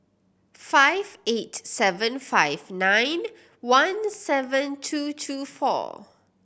five eight seven five nine one seven two two four